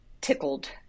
tickled